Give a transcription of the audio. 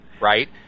right